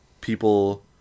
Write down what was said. people